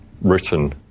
written